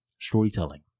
storytelling